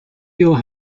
your